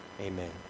Amen